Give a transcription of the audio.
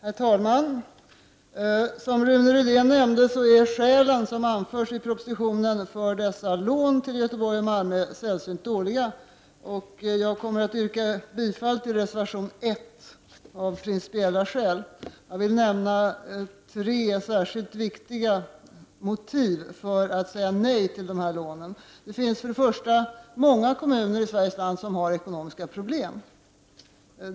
Herr talman! Som Rune Rydén nämnde är de skäl som anförs i propositionen för lånen till Göteborg och Malmö sällsynt dåliga. Av principiella skäl kommer jag att yrka bifall till reservation 1. Jag vill nämna tre särskilt viktiga motiv för att säga nej till lånen. Det finns många kommuner i Sverige som har ekonomiska problem.